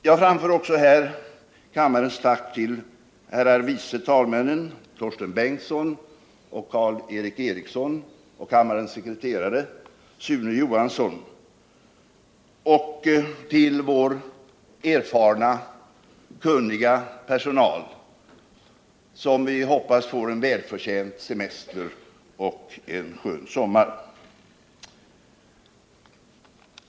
Jag framför här också kammarens tack till herrar vice talmännen Torsten Bengtson och Karl Erik Eriksson, till kammarens sekreterare Sune Johansson Nr 174 och till vår erfarna och kunniga personal, som vi hoppas får en välförtjänt semester och en skön sommar.